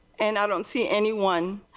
and i don't see any one